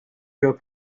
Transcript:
your